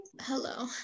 hello